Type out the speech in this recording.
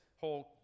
whole